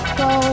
go